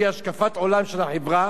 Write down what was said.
והיא משתנה, לצערי הרב,